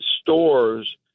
stores